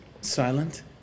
Silent